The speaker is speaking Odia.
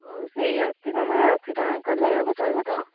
ହଁ ସେଇ ଅତି କମ୍ରେ ଅଶୀ ଟଙ୍କା କଲେ ହେବ ଚଳିବ ତ